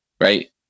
right